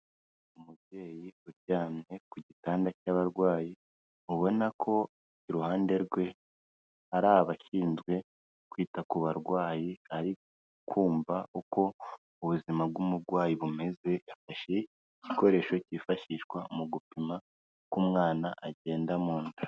Umubyeyi uryamye ku gitanda cy'abarwayi ubona ko iruhande rwe hari abashinzwe kwita ku barwayi ari kumva uko ubuzima bw'umurwayi bumeze, afashe igikoresho cyifashishwa mu gupima uko umwana agenda mu nda.